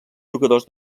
jugadors